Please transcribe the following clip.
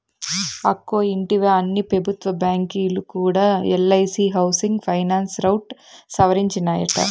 అక్కో ఇంటివా, అన్ని పెబుత్వ బాంకీలు కూడా ఎల్ఐసీ హౌసింగ్ ఫైనాన్స్ రౌట్ సవరించినాయట